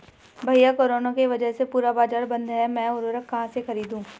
भैया कोरोना के वजह से पूरा बाजार बंद है मैं उर्वक कहां से खरीदू?